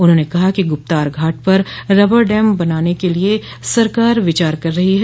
उन्होंने कहा कि गुप्तार घाट पर रबर डैम बनाने के लिए भी सरकार विचार कर रही है